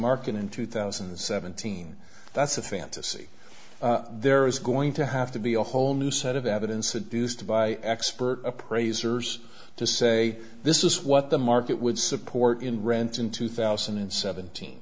market in two thousand and seventeen that's a fantasy there is going to have to be a whole new set of evidence it is to buy expert appraisers to say this is what the market would support in rents in two thousand and seventeen